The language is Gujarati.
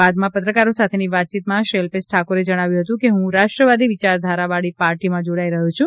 બાદમાં પત્રકારો સાથેની વાતચીતમાં શ્રી અલ્પેશ ઠાકોરે જણાવ્યું હતું કે હું રાષ્ટ્રવાદી વિચારધારાવાળી પાર્ટીમાં જોડાઈ રહ્યો છું